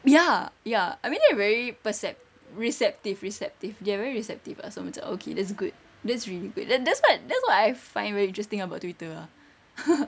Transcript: ya ya I mean they are very percep~ receptive receptive they are very receptive ah so macam okay that's good that's really good then that's what that's what I find very interesting about twitter ah